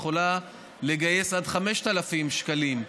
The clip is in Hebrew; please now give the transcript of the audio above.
שיכולה לגייס עד 5,000 שקלים.